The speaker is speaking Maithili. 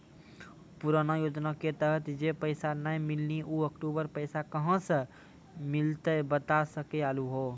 पुराना योजना के तहत जे पैसा नै मिलनी ऊ अक्टूबर पैसा कहां से मिलते बता सके आलू हो?